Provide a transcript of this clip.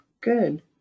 good